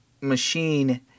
machine